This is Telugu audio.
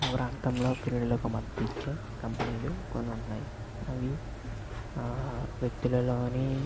మా ప్రాంతంలో క్రీడలకు మద్దతు ఇచ్చే కంపెనీలు కొన్ని ఉన్నాయి అవి వ్యక్తులలోని